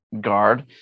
guard